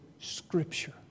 Scripture